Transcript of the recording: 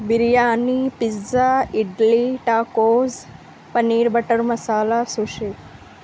biryani pizza idli tacos paneer butter masala سشی